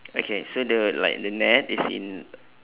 okay so the like the net is in